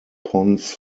ponds